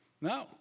No